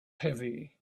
heavy